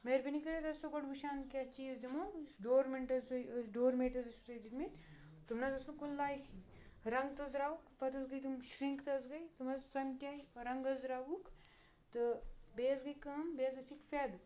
مہربٲنی کٔرِتھ ٲسِو گۄڈٕ وٕچھان کیٛاہ چیٖز دِمو یُس ڈورمیٹ حظ تۄہہِ ڈورمیٹ حظ ٲسِو تۄہہِ دِتمٕتۍ تِم نہ حظ ٲسۍ نہٕ کُنہِ لایقٕے رنٛگ تہِ حظ درٛاوُکھ پَتہٕ حظ گٔے تِم شِرنٛک تہِ حظ گٔے تِم حظ ژۄمٹے رنٛگ حظ درٛاوُکھ تہٕ بیٚیہِ حظ گٔے کٲم بیٚیہِ حظ ؤتھِکھ فٮ۪ت